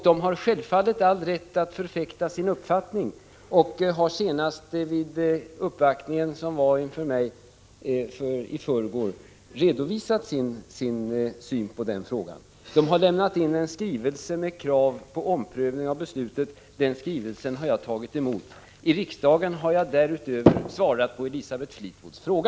De har självfallet all rätt att förfäkta sin uppfattning och har senast vid en uppvaktning inför mig i förrgår redovisat sin syn på frågan. De har lämnat in en skrivelse med krav på omprövning av beslutet. Den skrivelsen har jag tagit emot. I riksdagen har jag därutöver svarat på Elisabeth Fleetwoods fråga.